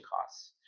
costs